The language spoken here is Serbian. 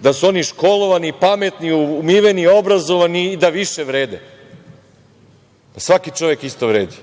da su oni školovani i pametni, umiveni, obrazovani i da više vrede. Svaki čovek isto vredi,